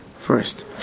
first